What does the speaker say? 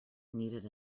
needed